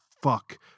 fuck